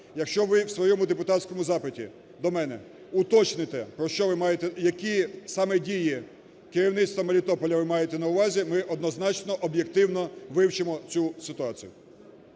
Якщо ви у своєму депутатському запиті до мене уточните, про що ви маєте… і які саме дії керівництва Мелітополя ви маєте на увазі, ми однозначно об'єктивно вивчимо цю ситуацію.